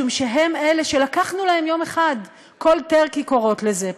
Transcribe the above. משום שהם אלה שלקחנו להם יום אחד cold turkey קוראות לזה,